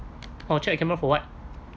you check camera for what